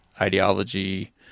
ideology